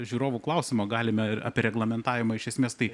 žiūrovų klausimo galime ir apie reglamentavimą iš esmės tai